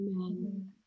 amen